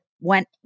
went